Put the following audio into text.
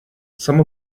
some